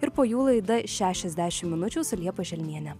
ir po jų laida šešiasdešim minučių su liepa želniene